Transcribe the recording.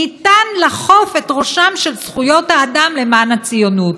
ניתן לכוף את ראשן של זכויות האדם למען הציונות.